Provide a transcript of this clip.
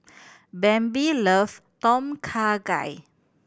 Bambi loves Tom Kha Gai